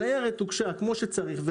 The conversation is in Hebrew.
הניירת הוגשה כמו שצריך.